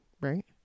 right